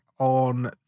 On